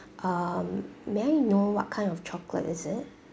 um may I know what kind of chocolate is it